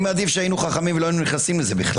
הייתי מעדיף שנהיה חכמים ולא ניכנס לזה.